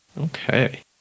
Okay